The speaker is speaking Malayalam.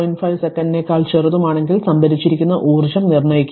5 സെക്കൻഡിനേക്കാൾ ചെറുതും ആണെങ്കിൽ സംഭരിച്ചിരിക്കുന്ന ഊർജ്ജം നിർണ്ണയിക്കുക